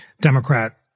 Democrat